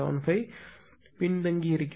75 பின்தங்கியிருக்கிறது